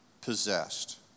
possessed